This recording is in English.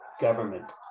government